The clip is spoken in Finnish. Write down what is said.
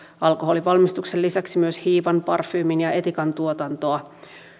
alkoholin valmistuksen lisäksi myös hiivan parfyymin ja ja etikan tuotantoa